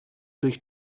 durch